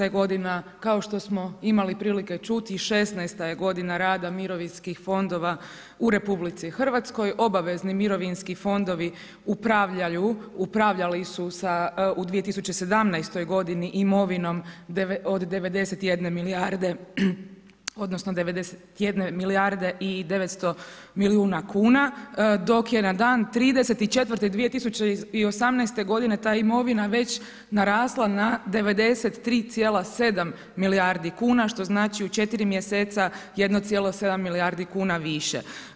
2017. godina kao što smo imali prilike čuti 16. je godina rada mirovinskih fondova u RH, obavezni mirovinski fondovi upravljali su u 2017. godini imovinom od 91 milijarde odnosno 91 milijarde i 900 milijuna kuna dok je na dan 30.4.2018. ta imovina već narasla na 93,7 milijardi kuna što znači u 4 mjeseca 1,7 milijardi kuna više.